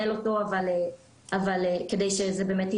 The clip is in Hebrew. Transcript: אבל הוזכר כאן קודם לכן על ידי מי מהדוברים,